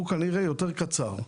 הוא כנראה יותר קצר.